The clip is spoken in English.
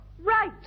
Right